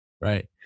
right